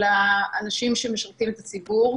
אלא אנשים שמשרתים את הציבור.